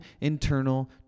internal